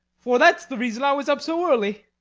for that's the reason i was up so early.